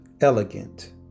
elegant